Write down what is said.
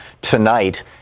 tonight